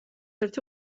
ერთი